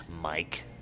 Mike